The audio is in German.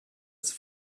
ist